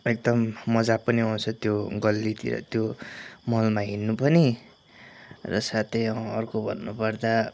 एकदम मज्जा पनि आउँछ त्यो गल्लीतिर त्यो मलमा हिँड्नु पनि र साथै अर्को भन्नुपर्दा